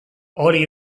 hori